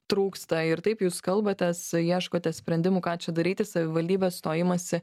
trūksta ir taip jūs kalbatės ieškote sprendimų ką čia daryti savivaldybės to imasi